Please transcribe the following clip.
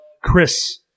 Chris